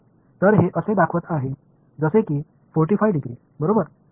तर हे असे दाखवत आहे जसे की 45 डिग्री बरोबर